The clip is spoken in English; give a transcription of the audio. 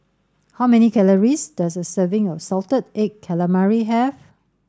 how many calories does a serving of salted egg calamari have